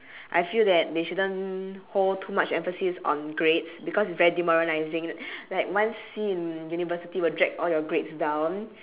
I feel that they shouldn't hold too much emphasis on grades because it's very demoralising like one C in university will drag all your grades down